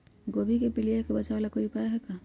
गोभी के पीलिया से बचाव ला कोई उपाय है का?